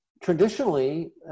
traditionally